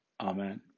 Amen